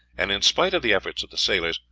and in spite of the efforts of the sailors,